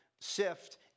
sift